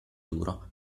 duro